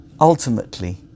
ultimately